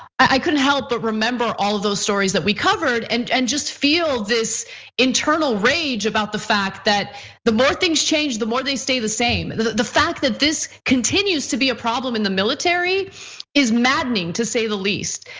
i couldn't help but remember all of those stories that we covered, and and just feel this internal rage about the fact that the more things change, the more they stay the same. the the fact that this continues to be a problem in the military is maddening to say the least.